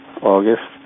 August